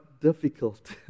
difficult